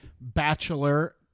Bachelor